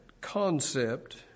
concept